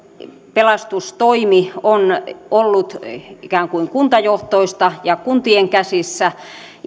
pelastustoimi on ollut ikään kuin kuntajohtoista ja kuntien käsissä